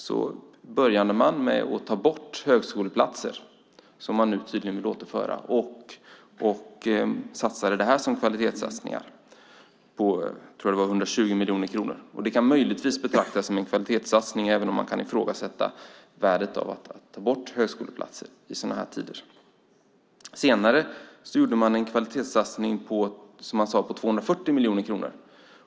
Man började med att ta bort högskoleplatser som man nu tydligen vill återföra och göra det som en kvalitetssatsning. Jag tror det var 120 miljoner kronor. Det kan möjligtvis betraktas som en kvalitetssatsning, även om man kan ifrågasätta värdet av att ta bort högskoleplatser i sådana här tider. Senare gjorde man en kvalitetssatsning, som man sade, på 240 miljoner kronor.